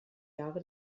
jahre